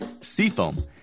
Seafoam